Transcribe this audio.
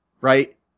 Right